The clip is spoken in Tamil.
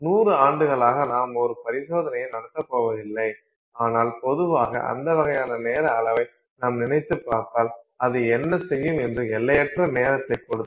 100 ஆண்டுகளாக நாம் ஒரு பரிசோதனையை நடத்தப் போவதில்லை ஆனால் பொதுவாக அந்த வகையான நேர அளவை நாம் நினைத்துப் பார்த்தால் அது என்ன செய்யும் என்று எல்லையற்ற நேரத்தைக் கொடுத்தால்